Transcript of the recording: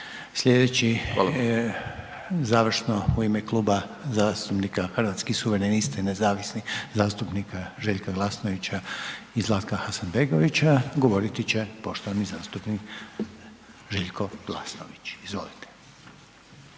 Slijedeći završno u ime Kluba zastupnika Hrvatskih suverenista i nezavisnih zastupnika Željka Glasnovića i Zlatka Hasanbegovića govoriti će poštovani zastupnik Željko Glasnović, izvolite.